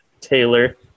Taylor